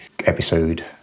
episode